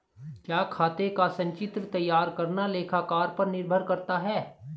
क्या खाते का संचित्र तैयार करना लेखाकार पर निर्भर करता है?